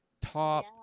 top